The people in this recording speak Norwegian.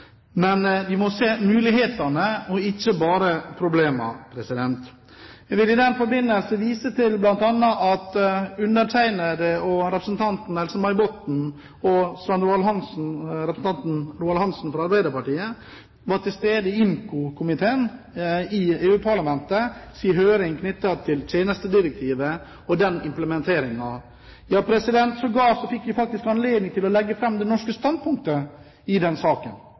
Men vi må se mulighetene og ikke bare problemene. Jeg vil i den forbindelse vise til at bl.a. undertegnede, representanten Else-May Botten og representanten Svein Roald Hansen fra Arbeiderpartiet var til stede i IMCO-komiteen i EU-parlamentets høring om tjenestedirektivet og implementeringen av det. Vi fikk sågar faktisk anledning til å legge fram det norske standpunktet i den saken.